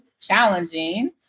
challenging